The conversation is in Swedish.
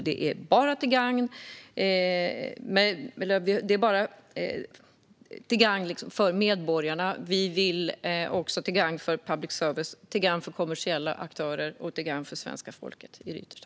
Det är bara till gagn för medborgarna, för public service, för kommersiella aktörer och ytterst för svenska folket.